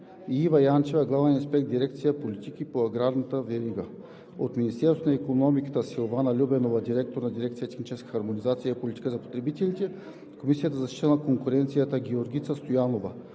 Ива Янчева – главен експерт в дирекция „Политики по агрохранителната верига“; от Министерството на икономиката: Силвана Любенова – директор на дирекция ,,Техническа хармонизация и политика за потребителите“; от Комисията за защита на конкуренцията: Георгица Стоянова